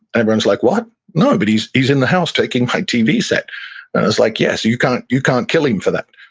everyone is like, what? no, but he's he's in the house taking my tv set. and it's like, yes, you can't you can't kill him for that.